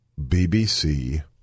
BBC